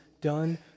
done